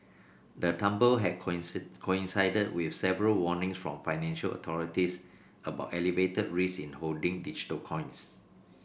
the tumble had coincided with several warnings from financial authorities about elevated risk in holding digital coins